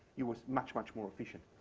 it was much, much more efficient.